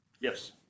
Yes